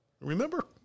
Remember